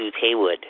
Haywood